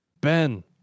Ben